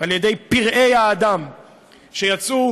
על ידי פראי האדם שיצאו